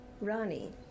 Rani